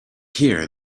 here